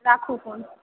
राखु फोन